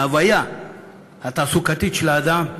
מההוויה התעסוקתית של האדם.